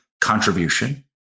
contribution